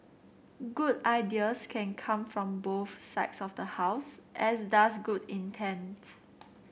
good ideas can come from both sides of the House as does good intents